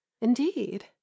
Indeed